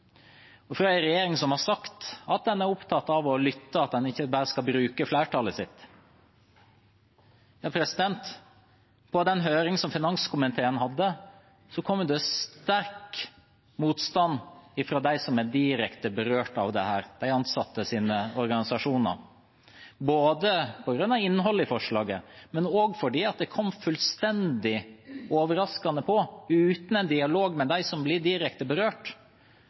regjering som har sagt at en er opptatt av å lytte, at en ikke bare skal bruke flertallet sitt. I høringen som finanskomiteen hadde, kom det sterk motstand fra dem som er direkte berørt av dette, de ansattes organisasjoner, både på grunn av innholdet i forslaget og fordi det kom fullstendig overraskende på, uten en dialog med dem som blir direkte berørt.